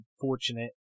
fortunate